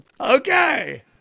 Okay